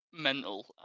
mental